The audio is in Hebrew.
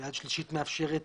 ויד שלישית מאפשרת,